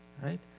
right